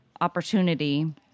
opportunity